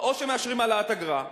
או שמאשרים העלאת אגרה,